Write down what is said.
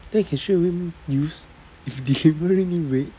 then I can straightaway use if delivery need to wait